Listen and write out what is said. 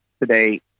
today